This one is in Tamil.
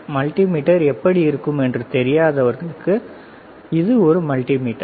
மல்டிமீட்டர் எப்படி இருக்கும் என்று தெரியாதவர்களுக்கு இது மல்டிமீட்டர்